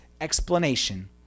explanation